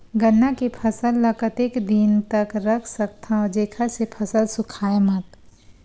गन्ना के फसल ल कतेक दिन तक रख सकथव जेखर से फसल सूखाय मत?